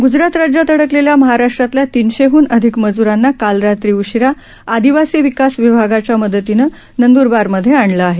गुजरात राज्यात अडकलेल्या महाराष्ट्रातल्या तीनशेहून अधिक मजुरांना काल रात्री उशीरा आदिवासी विकास विभागाच्या मदतीनं नंदुरबारमध्ये आणलं आहे